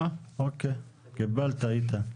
אוקיי, קיבלת איתן.